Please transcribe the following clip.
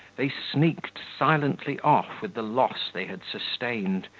they sneaked silently off with the loss they had sustained,